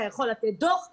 אתה יכול לתת דוח וכו'